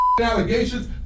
allegations